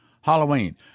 Halloween